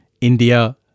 India